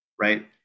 right